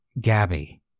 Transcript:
Gabby